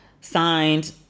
signed